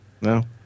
No